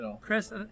Chris